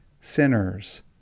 sinners